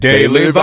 Daily